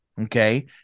okay